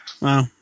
Wow